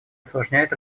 осложняет